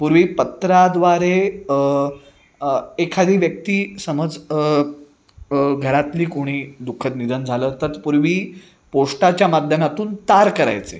पूर्वी पत्राद्वारे एखादी व्यक्ती समज घरातली कोणी दुःखद निधन झालं तर पूर्वी पोस्टाच्या माध्यमातून तार करायचे